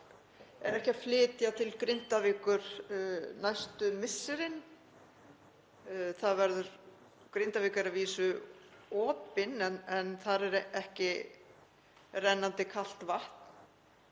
er ekki að flytja til Grindavíkur næstu misserin. Grindavík er að vísu opin en þar er ekki rennandi kalt vatn,